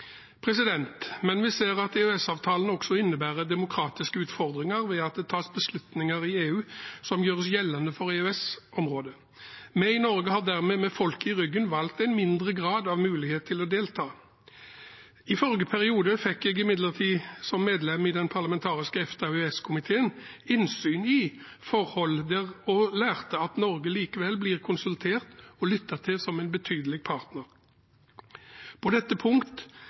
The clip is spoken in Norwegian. Vi ser at EØS-avtalen også innebærer demokratiske utfordringer ved at det tas beslutninger i EU som gjøres gjeldende for EØS-området. Vi i Norge har dermed, med folket i ryggen, valgt en mindre grad av mulighet til å delta. Som medlem av den parlamentariske delegasjon til EFTA/EØS i forrige periode fikk jeg imidlertid innsyn i forhold og lærte at Norge likevel blir konsultert og lyttet til som en betydelig partner. På dette punkt